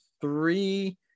three